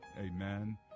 amen